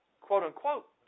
quote-unquote